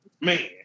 Man